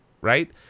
right